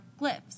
glyphs